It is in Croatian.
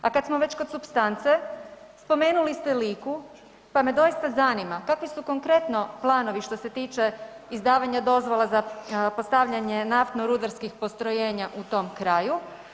A kada smo već kod supstance, spomenuli ste Liku, pa me doista zanima kakvi su konkretno planovi što se tiče izdavanja dozvola za postavljanje naftno-rudarskih postrojenja u tom kraju.